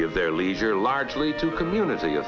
give their leisure largely to community